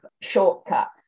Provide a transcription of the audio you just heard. shortcuts